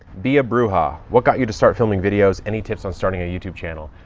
bea bruja what got you to start filming videos? any tips on starting a youtube channel?